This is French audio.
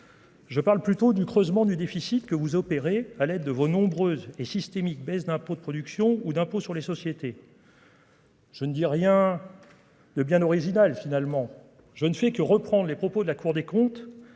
Je parle plutôt du creusement du déficit que vous opérez à l'aide de vos nombreuses et systémique, baisse d'impôts de production ou d'impôt sur les sociétés. Je ne dis rien de bien original, finalement, je ne fais que reprend les propos de la Cour des comptes,